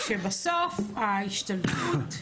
בסוף ההשתלטות,